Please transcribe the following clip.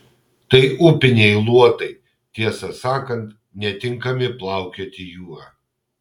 tai upiniai luotai tiesą sakant netinkami plaukioti jūra